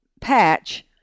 patch